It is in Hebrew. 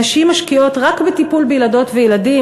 נשים משקיעות רק בטיפול בילדות וילדים,